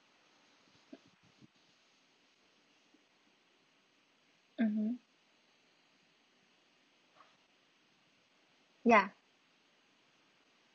mmhmm ya